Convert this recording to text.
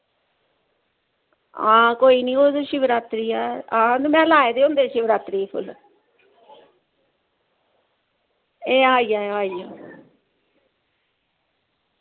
हां कोई नी शिवरात्री ऐ ते मोें लाए दे होंदे शिवरात्री गी फुल्ल हे आई जायो आई जाओ